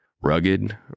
Rugged